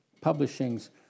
publishings